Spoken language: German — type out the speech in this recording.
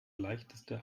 leichteste